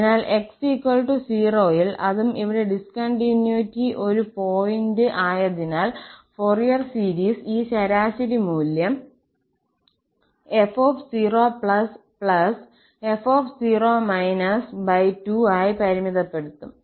അതിനാൽ 𝑥 0 ൽ അതും ഇവിടെ ഡിസ്കൌണ്ടിന്യൂറ്റി ഒരു പോയിന്റ് ആയതിനാൽ ഫൊറിയർ സീരീസ് ഈ ശരാശരി മൂല്യം f0f0 2 ആയി പരിമിതപ്പെടുത്തും